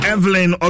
Evelyn